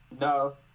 No